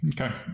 okay